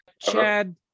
Chad